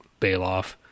Bailoff